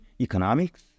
economics